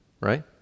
right